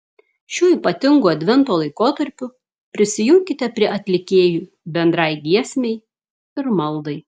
šiuo ypatingu advento laikotarpiu prisijunkite prie atlikėjų bendrai giesmei ir maldai